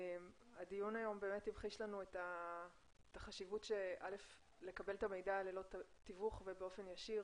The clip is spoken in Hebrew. הדיון היום המחיש לנו את החשיבות שבקבלת המידע ללא תיווך ובאופן ישיר.